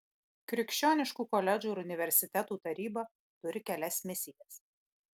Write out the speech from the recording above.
krikščioniškų koledžų ir universitetų taryba turi kelias misijas